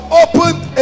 opened